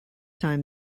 time